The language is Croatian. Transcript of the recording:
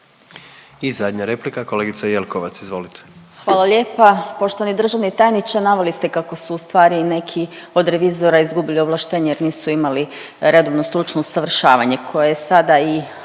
I treća replika kolegica Ahmetović, izvolite.